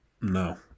no